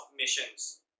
missions